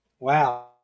wow